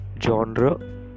genre